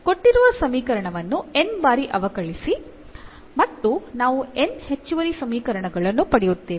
ಕೊಟ್ಟಿರುವ ಸಮೀಕರಣವನ್ನು n ಬಾರಿ ಅವಕಲಿಸಿ ಮತ್ತು ನಾವು n ಹೆಚ್ಚುವರಿ ಸಮೀಕರಣಗಳನ್ನು ಪಡೆಯುತ್ತೇವೆ